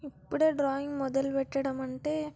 ఇప్పుడే డ్రాయింగ్ మొదలు పెట్టడం అంటే